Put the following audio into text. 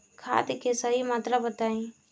खाद के सही मात्रा बताई?